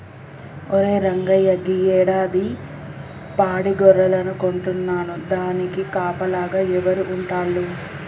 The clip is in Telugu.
ఒరే రంగయ్య గీ యాడాది పాడి గొర్రెలను కొంటున్నాను దానికి కాపలాగా ఎవరు ఉంటాల్లు